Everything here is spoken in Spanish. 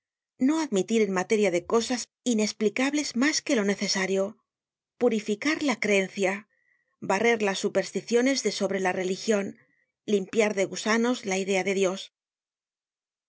no admitir en materia de cosas inesplicables mas que lo necesario purificar la creencia barrer las supersticiones de sobre la religion limpiar de gusanos la idea de dios